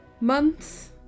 months